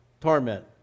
torment